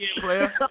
player